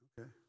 Okay